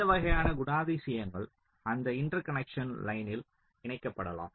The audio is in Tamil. இந்த வகையான குணாதிசயங்கள் அந்த இன்டர்கனக்க்ஷன் லைனில் இணைக்கப்படலாம்